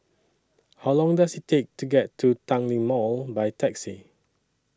How Long Does IT Take to get to Tanglin Mall By Taxi